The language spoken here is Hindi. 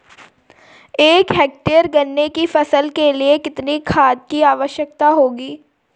एक हेक्टेयर गन्ने की फसल के लिए कितनी खाद की आवश्यकता होगी?